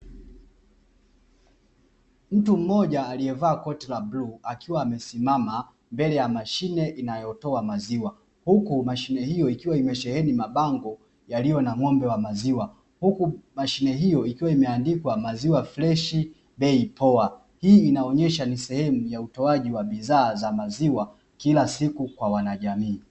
Mtu mmoja aliyevaa koti la bluu akiwa amesimama mbele ya mashine inayotoa maziwa. Huku mashine hiyo ikiwa imesheheni mabango yaliyo na ng'ombe wa maziwa. Huku mashine hiyo ikiwa imeandikwa maziwa freshi, bei poa. Hii inaonyesha ni sehemu ya utoaji wa bidhaa za maziwa kila siku kwa wanajamii.